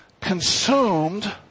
consumed